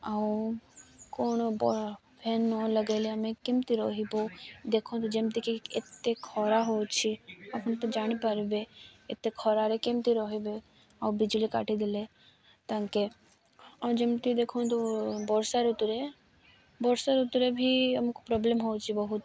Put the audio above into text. ଆଉ କ'ଣ ଫ୍ୟାନ୍ ନ ଲଗେଇଲେ ଆମେ କେମିତି ରହିବୁ ଦେଖନ୍ତୁ ଯେମିତିକି ଏତେ ଖରା ହେଉଛି ଆପଣ ତ ଜାଣିପାରିବେ ଏତେ ଖରାରେ କେମିତି ରହିବେ ଆଉ ବିଜୁଳି କାଟିଦେଲେ ତାଙ୍କେ ଆଉ ଯେମିତି ଦେଖନ୍ତୁ ବର୍ଷା ଋତୁରେ ବର୍ଷା ଋତୁରେ ବି ଆମକୁ ପ୍ରୋବ୍ଲେମ୍ ହେଉଛି ବହୁତ